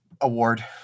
award